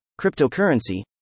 cryptocurrency